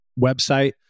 website